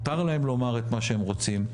מותר להם לומר את מה שהם רוצים,